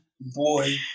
Boy